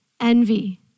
envy